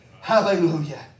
Hallelujah